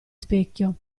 specchio